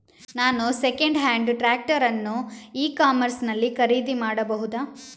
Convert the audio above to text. ನಾನು second hand tractor ಅನ್ನು e commerce ನಲ್ಲಿ ಖರೀದಿ ಮಾಡಬಹುದಾ?